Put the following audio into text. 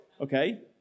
Okay